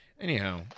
anyhow